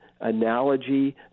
analogy